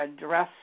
address